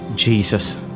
Jesus